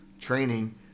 training